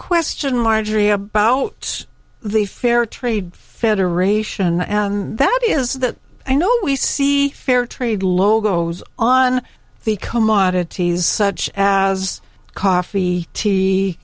question marjorie about the fair trade federation and that is that i know we see fair trade logos on the commodities such as coffee tea